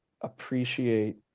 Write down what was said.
appreciate